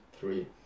three